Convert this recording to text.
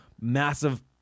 massive